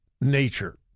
nature